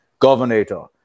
Governator